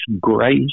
grace